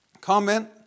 comment